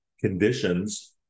conditions